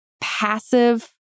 passive